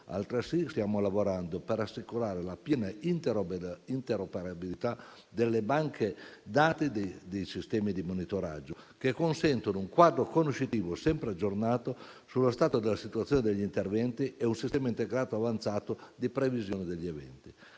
altresì lavorando per assicurare la piena interoperabilità delle banche dati dei sistemi di monitoraggio, che consentono un quadro conoscitivo sempre aggiornato sullo stato della situazione degli interventi e un sistema integrato avanzato di previsione degli eventi.